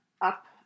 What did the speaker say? up